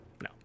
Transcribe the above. No